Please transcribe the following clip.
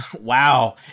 Wow